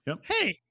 Hey